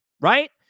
Right